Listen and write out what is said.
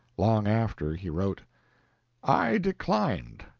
long after he wrote i declined.